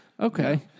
Okay